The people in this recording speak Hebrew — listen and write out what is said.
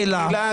כל השופטים,